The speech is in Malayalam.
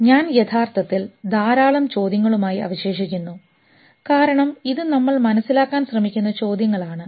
അതിനാൽ ഞാൻ യഥാർത്ഥത്തിൽ ധാരാളം ചോദ്യങ്ങളുമായി അവശേഷിക്കുന്നു കാരണം ഇത് നമ്മൾ മനസിലാക്കാൻ ശ്രമിക്കുന്ന ചോദ്യങ്ങളാണ്